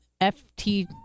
ft